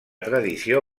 tradició